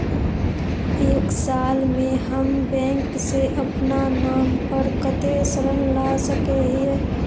एक साल में हम बैंक से अपना नाम पर कते ऋण ला सके हिय?